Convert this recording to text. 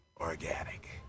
organic